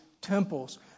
temples